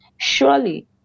Surely